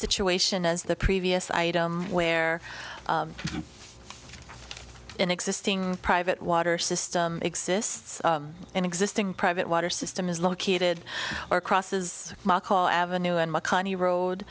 situation as the previous item where an existing private water system exists an existing private water system is located or crosses mark hall avenue and makani road